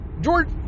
George